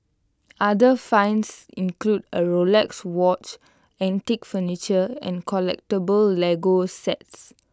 other finds include A Rolex watch antique furniture and collectable Lego sets